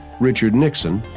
richard nixon,